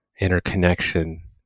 interconnection